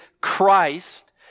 Christ